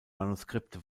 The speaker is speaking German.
manuskripte